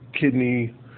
kidney